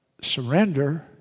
surrender